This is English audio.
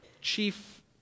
chief